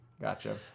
Gotcha